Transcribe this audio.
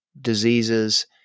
diseases